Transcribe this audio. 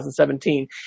2017